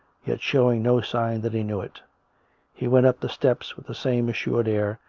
yet showing no sign that he knew it he went up the steps with the same assured air,